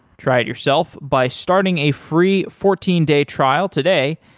try it yourself by starting a free fourteen day trial today.